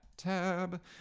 tab